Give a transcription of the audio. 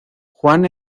juan